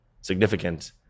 significant